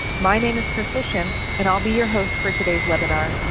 my name is crystal and i'll be your host for today's webinar.